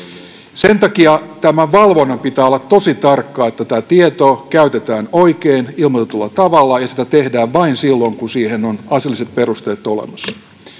sen takia tämän valvonnan pitää olla tosi tarkkaa että tämä tieto käytetään oikein ilmoitetulla tavalla ja sitä tehdään vain silloin kun siihen on asialliset perusteet olemassa